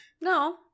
No